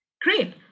Great